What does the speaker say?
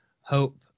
Hope